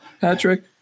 Patrick